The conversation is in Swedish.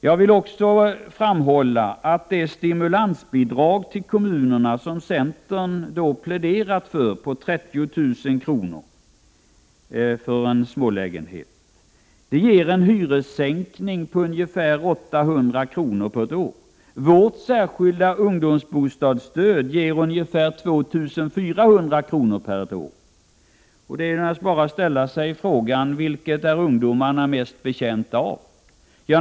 Jag vill också framhålla att de stimulansbidrag till kommunerna på 30 000 kr. för en liten lägenhet som centern pläderat för ger en hyressänkning på ungefär 800 kr. på ett år. Vårt särskilda ungdomsbostadsstöd ger ungefär 2 400 kr. i hyressänkning på ett år. Man kan bara ställa sig frågan: Vilket är ungdomarna mest betjänta av?